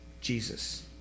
Jesus